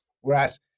Whereas